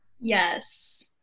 Yes